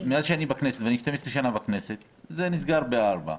מאז שאני בכנסת ואני 12 שנים בכנסת המליאה נסגרה בשעה 16,